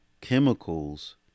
chemicals